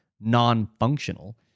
non-functional